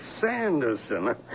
Sanderson